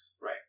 Right